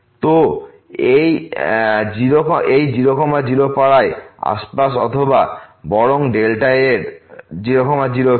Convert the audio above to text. তো 0 0এই পাড়ার আশপাশ অথবা বরং এর 0 0কি